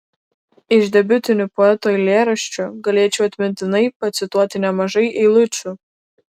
iš debiutinių poeto eilėraščių galėčiau atmintinai pacituoti nemažai eilučių